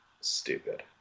stupid